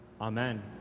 Amen